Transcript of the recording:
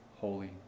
holy